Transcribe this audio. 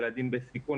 ילדים בסיכון.